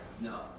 No